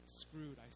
screwed